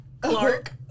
Clark